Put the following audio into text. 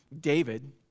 David